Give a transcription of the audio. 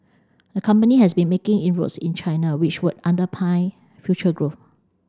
the company has been making inroads in China which would under pine future growth